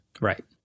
Right